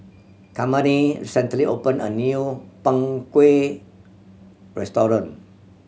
Charmaine recently opened a new Png Kueh restaurant